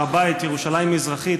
הר הבית וירושלים המזרחית,